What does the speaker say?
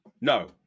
No